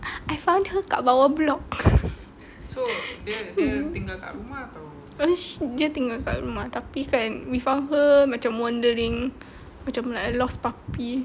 I found her kat bawah blok dia tinggal kat rumah tapi kan we found her macam wondering macam like a lost puppy